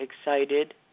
excited